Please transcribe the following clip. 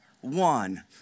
one